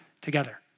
together